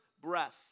breath